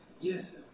Yes